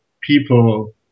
people